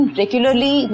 regularly